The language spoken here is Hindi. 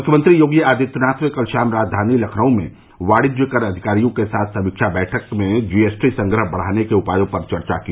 मुख्यमंत्री योगी आदित्यनाथ ने कल शाम राजधानी लखनऊ में वाणिज्य कर अधिकारियों के साथ समीक्षा बैठक में जी एस टी संग्रह बढ़ाने के उपायों पर चर्चा की